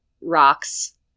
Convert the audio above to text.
rocks